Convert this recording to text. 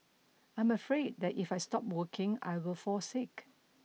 I am afraid that if I stop working I will fall sick